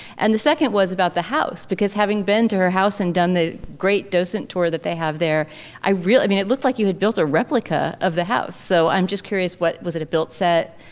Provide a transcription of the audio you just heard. and the second was about the house because having been to her house and done the great docent tour that they have there i really mean it looks like you had built a replica of the house so i'm just curious what was it a built set.